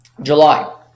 July